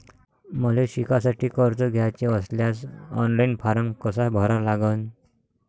मले शिकासाठी कर्ज घ्याचे असल्यास ऑनलाईन फारम कसा भरा लागन?